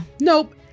Nope